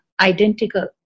identical